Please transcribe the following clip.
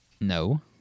No